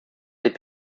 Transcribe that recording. des